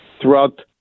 throughout